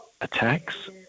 attacks